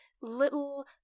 little